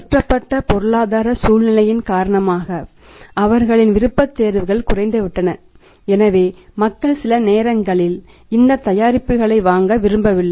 மாற்றப்பட்ட பொருளாதார சூழ்நிலையின் காரணமாக அவர்களின் விருப்பத்தேர்வுகள் குறைந்துவிட்டன எனவே மக்கள் சில நேரங்களில் இந்த தயாரிப்புகளை வாங்க விரும்பவில்லை